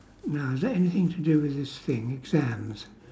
now is there anything to do with this thing exams